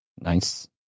Nice